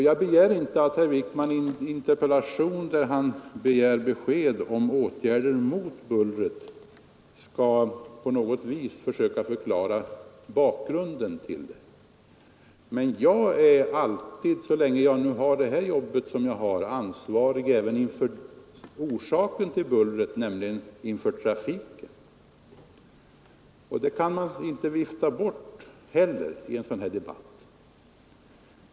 Jag fordrar inte att herr Wijkman i en interpellation, där han begär besked om åtgärder mot bullret, på något vis skall försöka förklara bakgrunden till det, men jag är alltid — så länge jag har det här jobbet — ansvarig även för trafiken. Det kan man inte heller vifta bort i en sådan här debatt.